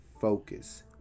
Focus